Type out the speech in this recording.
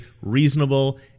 reasonable